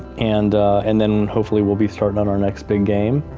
and and then hopefully we'll be starting on our next big game.